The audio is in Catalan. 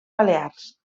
balears